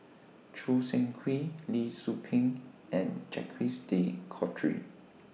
Choo Seng Quee Lee Tzu Pheng and Jacques De Coutre